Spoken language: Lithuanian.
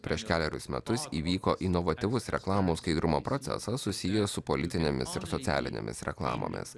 prieš kelerius metus įvyko inovatyvus reklamų skaidrumo procesas susijęs su politinėmis ir socialinėmis reklamomis